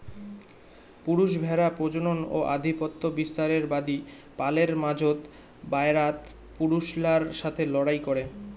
পুরুষ ভ্যাড়া প্রজনন ও আধিপত্য বিস্তারের বাদী পালের মাঝোত, বায়রাত পুরুষলার সথে লড়াই করে